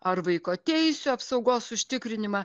ar vaiko teisių apsaugos užtikrinimą